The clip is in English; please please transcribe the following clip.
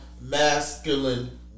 masculine